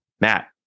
Matt